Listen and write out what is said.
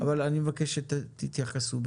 אני מבקש שתתייחסו.